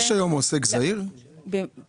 יש היום עוסק זעיר בחוק?